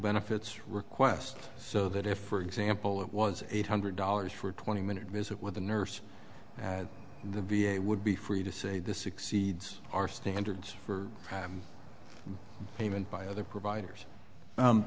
benefits request so that if for example it was eight hundred dollars for a twenty minute visit with a nurse at the v a would be free to say this exceeds our standards for payment by other providers